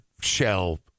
shell